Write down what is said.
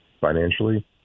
financially